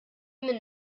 min